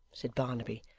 said barnaby.